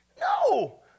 No